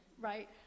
right